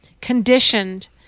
conditioned